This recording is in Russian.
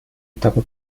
этапа